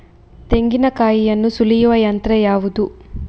ತೆಂಗಿನಕಾಯಿಯನ್ನು ಸುಲಿಯುವ ಯಂತ್ರ ಯಾವುದು?